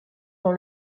dans